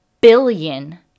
billion